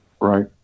Right